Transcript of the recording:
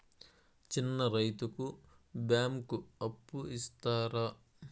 చిన్న రైతుకు బ్యాంకు అప్పు ఇస్తారా?